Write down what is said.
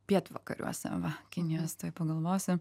pietvakariuose va kinijos tuoj pagalvosiu